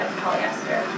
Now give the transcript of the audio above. polyester